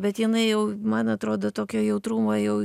bet jinai jau man atrodo tokio jautrumo jau